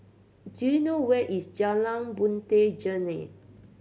do you know where is Jalan Puteh Jerneh